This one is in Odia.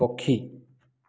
ପକ୍ଷୀ